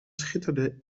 schitterde